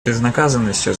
безнаказанностью